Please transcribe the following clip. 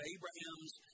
Abraham's